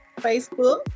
facebook